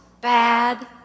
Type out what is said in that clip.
bad